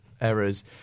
errors